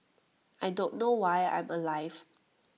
I don't know why I'm alive